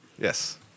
Yes